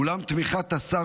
אולם תמיכת השר